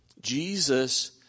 Jesus